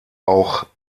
auch